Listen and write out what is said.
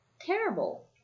terrible